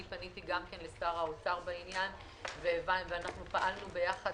אני פניתי גם לשר האוצר בעניין ופעלנו ביחד